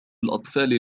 الأطفال